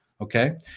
Okay